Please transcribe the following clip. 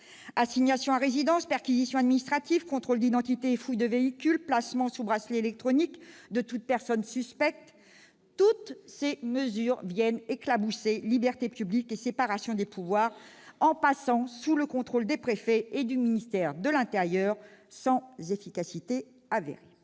Assignations à résidence, perquisitions administratives, contrôles d'identité et fouilles de véhicules, placement sous bracelet électronique de toute personne suspecte : toutes ces mesures viennent éclabousser libertés publiques et séparation des pouvoirs, en passant sous le contrôle des préfets et du ministère de l'intérieur, sans efficacité avérée